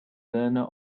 learner